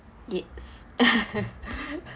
yes